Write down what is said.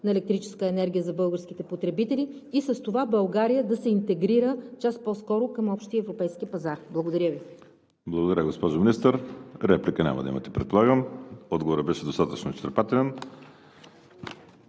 на електрическа енергия за българските потребители и с това България да се интегрира час по-скоро към общия европейски пазар. Благодаря Ви. ПРЕДСЕДАТЕЛ ВАЛЕРИ СИМЕОНОВ: Благодаря, госпожо Министър. Реплика? Няма да имате, предполагам – отговорът беше достатъчно изчерпателен.